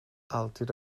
alltid